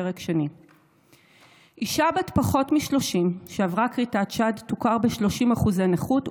פרק שני: אישה בת פחות מ-30 שעברה כריתת שד תוכר ב-30% נכות,